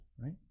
right